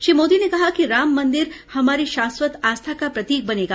श्री मोदी ने कहा कि राम मन्दिर हमारी शाश्वत आस्था का प्रतीक बनेगा